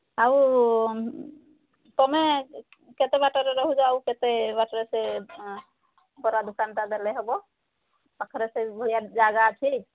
ଆଉ ତୁମେ କେତେ ବାଟରେ ରହୁଛ ଆଉ କେତେ ବାଟରେ ସେ ବରା ଦୋକାନଟା ଦେଲେ ହେବ ପାଖରେ ସେ ଭଳିଆ ଜାଗା ଅଛି